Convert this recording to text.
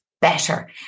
better